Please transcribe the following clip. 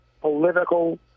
political